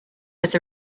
with